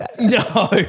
No